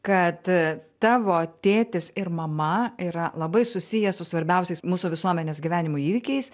kad tavo tėtis ir mama yra labai susiję su svarbiausiais mūsų visuomenės gyvenimo įvykiais